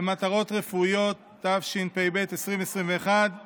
למטרות רפואיות, התשפ"ב 2021. הרכב